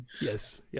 Yes